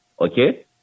okay